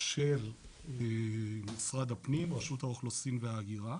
של משרד הפנים, רשות האוכלוסין וההגירה.